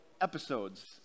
episodes